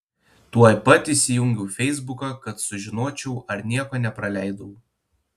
tuoj pat įsijungiau feisbuką kad sužinočiau ar nieko nepraleidau